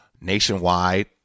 nationwide